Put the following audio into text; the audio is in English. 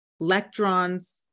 electrons